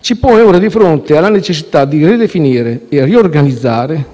ci pone ora di fronte alla necessità di ridefinire e riorganizzare